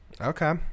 Okay